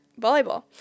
volleyball